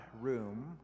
room